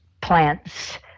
plants